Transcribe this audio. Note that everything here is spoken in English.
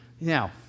Now